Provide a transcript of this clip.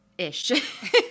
Ish